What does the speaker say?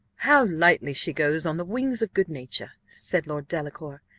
how lightly she goes on the wings of good-nature! said lord delacour.